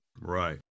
right